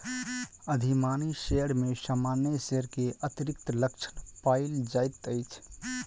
अधिमानी शेयर में सामान्य शेयर के अतिरिक्त लक्षण पायल जाइत अछि